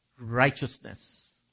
Righteousness